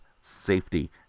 safety